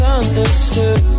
Understood